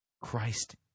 Christ